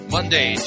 Monday